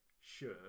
sure